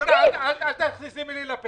אל תכניסי לי מילים לפה.